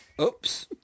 Oops